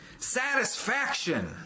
Satisfaction